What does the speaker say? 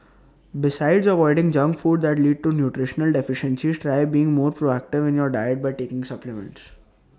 besides avoiding junk food that lead to nutritional deficiencies try being more proactive in your diet by taking supplements